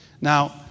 Now